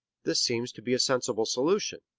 this seems to be a sensible solution.